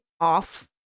off